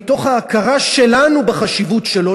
מתוך ההכרה שלנו בחשיבות שלו,